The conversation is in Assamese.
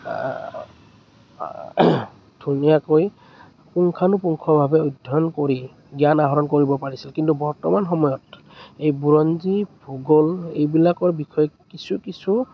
ধুনীয়াকৈ পুংখানুপুংখভাৱে অধ্যয়ন কৰি জ্ঞান আহৰণ কৰিব পাৰিছিল কিন্তু বৰ্তমান সময়ত এই বুৰঞ্জী ভূগোল এইবিলাকৰ বিষয়ত কিছু কিছু